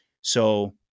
So-